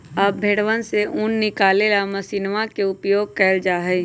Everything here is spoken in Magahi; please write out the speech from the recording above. अब भेंड़वन से ऊन निकाले ला मशीनवा के उपयोग कइल जाहई